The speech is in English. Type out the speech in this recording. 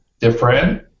different